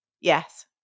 Yes